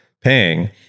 paying